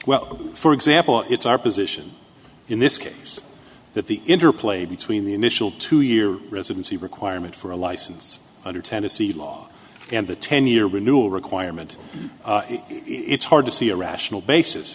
well for example it's our position in this case that the interplay between the initial two year residency requirement for a license under tennessee law and the ten year renewal requirement it's hard to see a rational basis